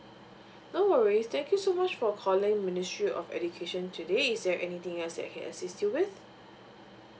no worries thank you so much for calling ministry of education today is there anything else I can assist you with